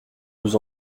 nous